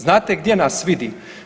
Znate gdje nas vidi?